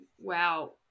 wow